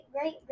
great